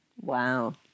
Wow